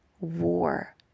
war